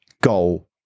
goal